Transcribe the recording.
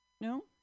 No